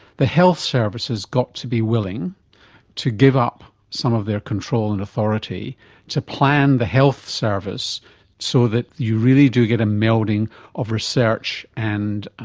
the health service has got to be willing to give up some of their control and authority to plan the health service so that you really do get a melding of research and